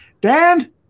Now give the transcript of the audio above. dan